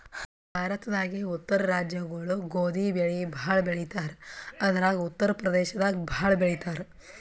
ಭಾರತದಾಗೇ ಉತ್ತರ ರಾಜ್ಯಗೊಳು ಗೋಧಿ ಬೆಳಿ ಭಾಳ್ ಬೆಳಿತಾರ್ ಅದ್ರಾಗ ಉತ್ತರ್ ಪ್ರದೇಶದಾಗ್ ಭಾಳ್ ಬೆಳಿತಾರ್